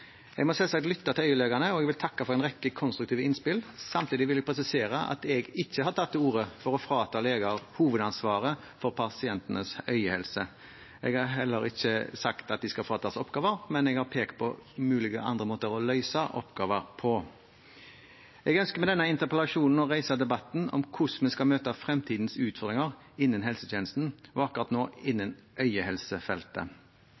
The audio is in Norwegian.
må selvsagt lytte til øyelegene, og jeg vil takke for en rekke konstruktive innspill. Samtidig vil jeg presisere at jeg ikke har tatt til orde for å frata leger hovedansvaret for pasientenes øyehelse. Jeg har heller ikke sagt at de skal fratas oppgaver, men jeg har pekt på mulige andre måter å løse oppgaver på. Jeg ønsker med denne interpellasjonen å reise debatten om hvordan vi skal møte fremtidens utfordringer innen helsetjenesten – og akkurat nå